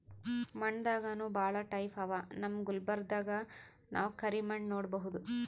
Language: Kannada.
ಮಣ್ಣ್ ದಾಗನೂ ಭಾಳ್ ಟೈಪ್ ಅವಾ ನಮ್ ಗುಲ್ಬರ್ಗಾದಾಗ್ ನಾವ್ ಕರಿ ಮಣ್ಣ್ ನೋಡಬಹುದ್